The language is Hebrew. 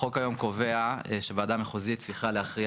החוק היום קובע שוועדה מחוזית צריכה להכריע